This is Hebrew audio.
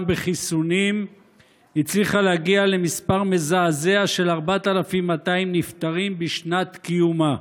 בחיסונים הצליחה להגיע למספר מזעזע של 4,200 נפטרים בשנת קיומה.